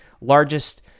largest